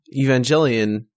Evangelion